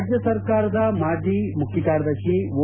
ರಾಜ್ಯಸರ್ಕಾರದ ಮಾಜಿ ಮುಖ್ಯಕಾರ್ಯದರ್ಶಿ ಓ